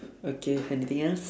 okay anything else